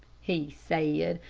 he said,